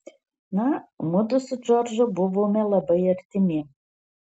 na mudu su džordžu buvome labai artimi